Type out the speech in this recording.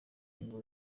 yemewe